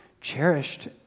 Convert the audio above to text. cherished